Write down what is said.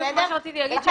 בדיוק מה שרציתי לומר.